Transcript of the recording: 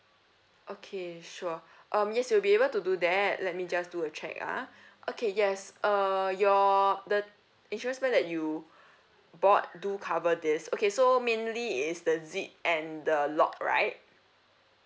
okay sure um yes you'll be able to do that let me just do a check ah okay yes uh your the insurance plan that you bought do cover this okay so mainly is the zip and the lock right